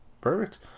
Perfect